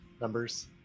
numbers